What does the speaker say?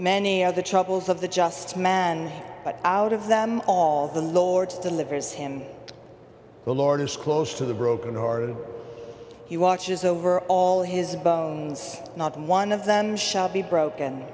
are the troubles of the just man but out of them all the lord's delivers him to the lord is close to the broken heart and he watches over all his bones not one of them shall be broken